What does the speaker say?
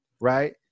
right